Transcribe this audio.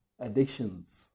Addictions